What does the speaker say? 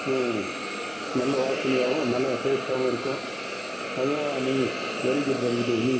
நல்ல வாசனையாகவும் நல்லா டேஸ்ட்டாகவும் இருக்கும் அதுதான் நீங்கள் வெரி குட் வெரி குட்டு நீங்கள்